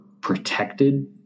protected